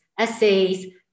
essays